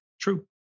True